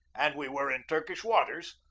and we were in turkish waters,